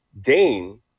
Dane